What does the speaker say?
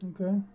Okay